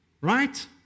right